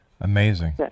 Amazing